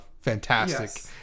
fantastic